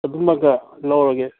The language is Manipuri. ꯑꯗꯨꯃꯒ ꯂꯧꯔꯒꯦ